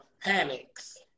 panics